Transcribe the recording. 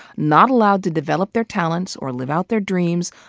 not allowed to develop their talents or live out their dreams,